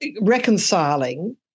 reconciling